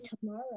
tomorrow